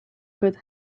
code